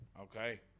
Okay